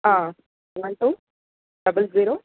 ah one two double zero